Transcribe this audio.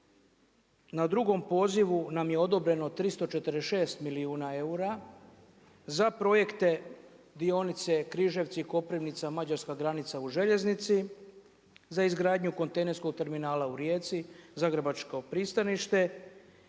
na drugom pozivu nam je odobreno 346 milijuna eura za projekte dionice Križevci, Koprivnica, mađarska granica u željeznici, za izgradnju kontejnerskog terminala u Rijeci, Zagrebačko pristaništa,